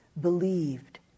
believed